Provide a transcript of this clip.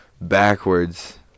backwards